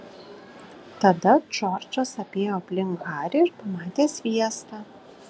tada džordžas apėjo aplink harį ir pamatė sviestą